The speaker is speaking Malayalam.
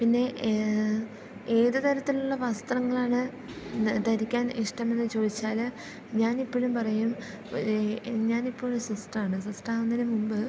പിന്നെ ഏതു തരത്തിലുള്ള വസ്ത്രങ്ങളാണ് ധരിക്കാൻ ഇഷ്ടമെന്ന് ചോദിച്ചാൽ ഞാനിപ്പോഴും പറയും ഞാനിപ്പോഴും സിസ്റ്ററാണ് സിസ്റ്ററാവുന്നതിനുമുമ്പ്